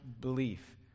belief